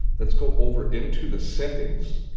let's go over into the settings.